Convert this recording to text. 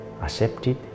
accepted